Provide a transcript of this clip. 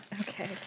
Okay